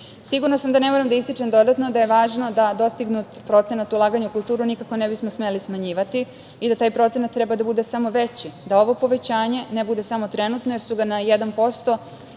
sam da ne moram da ističem dodatno da je važno da dostignut procenat u kulturu nikako ne bismo smeli smanjivati i da taj procenat treba da bude samo veći, da ovo povećanje ne bude samo trenutno jer su ga na